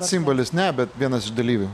simbolis ne bet vienas iš dalyvių